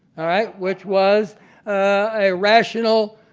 which was a rational,